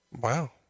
Wow